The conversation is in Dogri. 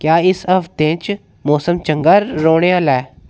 क्या इस हफ्तें च मौसम चंगा रौह्ने आह्ला ऐ